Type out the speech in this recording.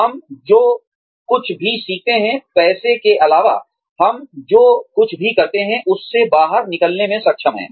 हम जो कुछ भी सीखते हैं पैसे के अलावा हम जो कुछ भी करते हैं उससे बाहर निकलने में सक्षम हैं